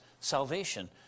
salvation